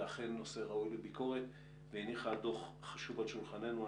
אכן נושא ראוי לביקורת והניחה דוח חשוב על שולחננו.